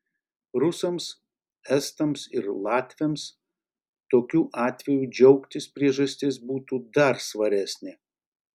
rusams estams ir latviams tokiu atveju džiaugtis priežastis būtų dar svaresnė